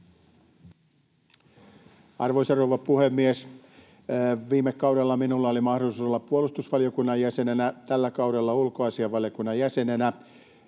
Arvoisa rouva puhemies! Viime kaudella minulla oli mahdollisuus olla puolustusvaliokunnan jäsenenä, tällä kaudella ulkoasiainvaliokunnan jäsenenä.